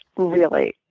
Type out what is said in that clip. really.